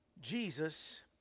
Jesus